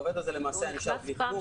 העובד הזה למעשה היה נשאר בלי כלום.